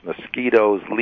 mosquitoes